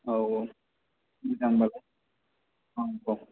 औ औ मोजां बालाय ओं औ